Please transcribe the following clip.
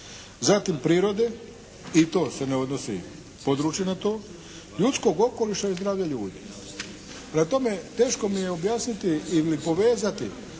zatim prirode, i to se ne odnosi područje na to, ljudskog okoliša i zdravlja ljudi. Prema tome, teško mi je objasniti ili povezati